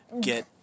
get